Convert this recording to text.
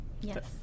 Yes